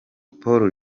paul